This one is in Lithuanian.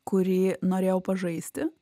kurį norėjau pažaisti